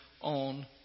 on